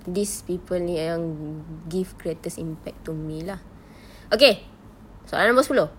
these people ini yang give greatest impact to me lah okay soalan nombor sepuluh